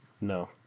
No